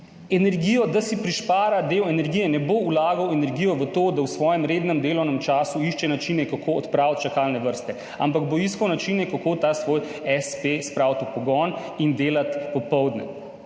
za to, da si prihrani del energije, ne bo vlagal energije v to, da v svojem rednem delovnem času išče načine, kako odpraviti čakalne vrste, ampak bo iskal načine, kako ta svoj espe spraviti v pogon in delati popoldne.